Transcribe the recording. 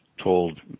told